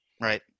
right